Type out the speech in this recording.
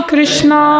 Krishna